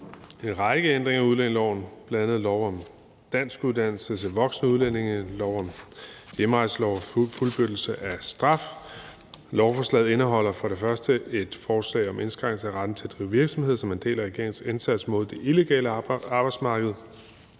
en række ændringer af udlændingeloven, bl.a. lov om danskuddannelse til voksne udlændinge, hjemrejseloven og lov om fuldbyrdelse af straf. Lovforslaget indeholder for det første et forslag om indskrænkelse af retten til at drive virksomhed som en del af regeringens indsats mod det illegale arbejdsmarked.